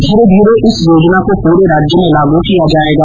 धीरे धीरे इस योजना को पूरे राज्य में लागू किया जाएगा